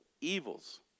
evils